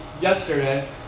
yesterday